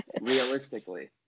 realistically